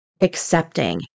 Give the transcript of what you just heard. accepting